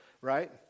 right